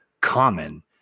common